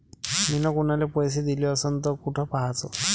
मिन कुनाले पैसे दिले असन तर कुठ पाहाचं?